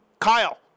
Kyle